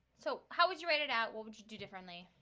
so how would you write it out? what would you do differently?